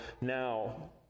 now